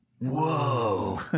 Whoa